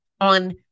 on